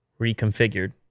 reconfigured